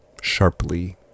sharply